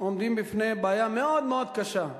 עומדים בפני בעיה מאוד מאוד קשה.